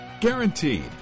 Guaranteed